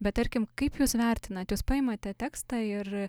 bet tarkim kaip jūs vertinat jūs paimate tekstą ir